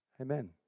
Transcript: Amen